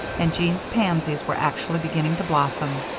and jean's pansies were actually beginning to blossom.